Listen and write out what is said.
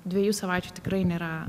dviejų savaičių tikrai nėra